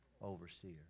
overseer